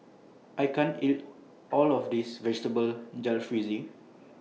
I can't eat All of This Vegetable Jalfrezi